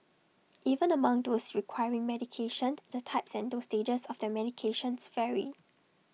even among those requiring medication the types and dosages of their medications vary